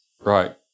Right